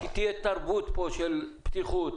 תהיה פה תרבות של בטיחות,